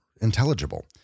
intelligible